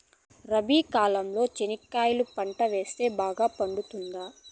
రబి కాలంలో చెనక్కాయలు పంట వేస్తే బాగా పండుతుందా?